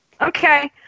Okay